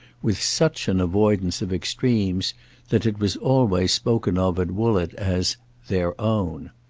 with such an avoidance of extremes that it was always spoken of at woollett as their own.